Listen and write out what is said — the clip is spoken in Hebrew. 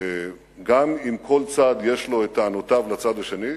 גם אם כל צד יש לו טענות לצד השני,